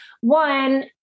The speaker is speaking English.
one